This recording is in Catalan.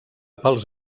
pels